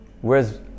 Whereas